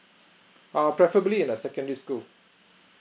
err preferably in a secondary school